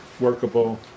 workable